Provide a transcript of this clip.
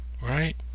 Right